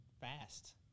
fast